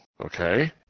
okay